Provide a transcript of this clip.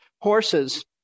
horses